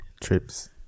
trips